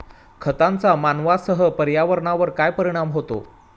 खतांचा मानवांसह पर्यावरणावर काय परिणाम होतो?